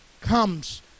comes